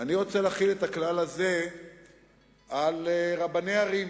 אני רוצה להחיל את הכלל הזה על רבני ערים,